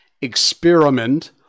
experiment